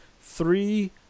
three